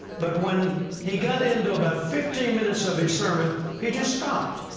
but when he got into about fifteen minutes of his sermon, he just stopped.